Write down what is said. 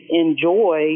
enjoy